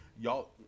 Y'all